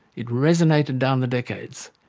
it resonated down the decades.